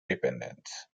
dependence